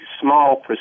small